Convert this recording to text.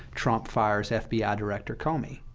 trump fires fbi ah director comey.